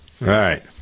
Right